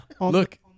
Look